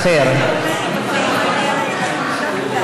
תאגיד בנקאי על ידי תאגיד בנקאי אחר),